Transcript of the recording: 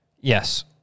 Yes